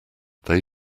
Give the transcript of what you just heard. they